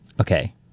okay